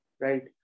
right